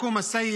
(אומר דברים בשפה